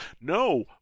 No